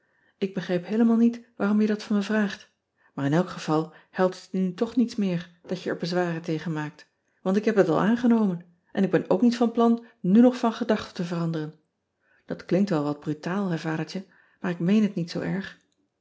k begrijp heelemaal niet waarom je dat van me vraagt maar in elk geval helpt het je nu toch niets meer dat je er bezwaren tegen maakt want ik heb het al aangenomen en ik ben ook niet van plan nu nog van gedachten te veranderen at klinkt wel wat brutaal hè adertje maar ik meen het niet zoo erg